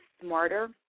smarter